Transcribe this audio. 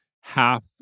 half